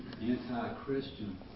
anti-Christian